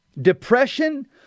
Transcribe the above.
depression